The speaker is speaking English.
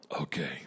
Okay